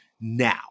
now